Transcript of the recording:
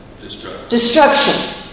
Destruction